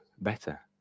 better